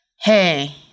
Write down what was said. Hey